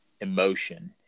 emotion